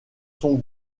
son